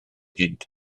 hyd